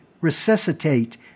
resuscitate